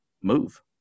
move